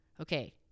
Okay